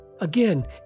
Again